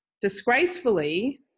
Disgracefully